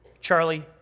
Charlie